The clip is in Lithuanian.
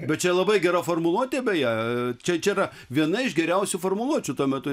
bet čia labai gera formuluotė beje čia čia yra viena iš geriausių formuluočių tuo metu